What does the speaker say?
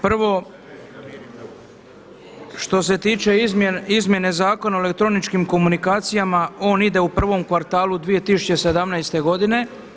Prvo, što se tiče izmjene Zakona o elektroničkim komunikacijama, on ide u prvom kvartalu 2017. godine.